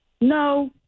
No